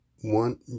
one